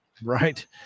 Right